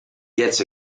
gets